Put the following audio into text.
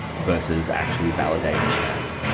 versus actually validating that.